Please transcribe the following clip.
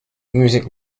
music